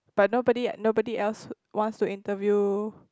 but nobody nobody else wants to interview